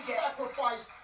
sacrifice